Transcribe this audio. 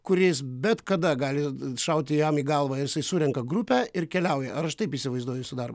kuris bet kada gali šauti jam į galvą ir jisai surenka grupę ir keliauja ar aš taip įsivaizduoju jūsų darbą